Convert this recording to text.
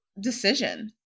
decision